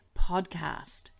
podcast